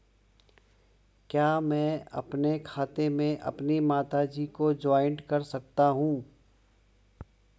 क्या मैं अपने खाते में अपनी माता जी को जॉइंट कर सकता हूँ?